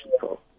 people